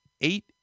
Eight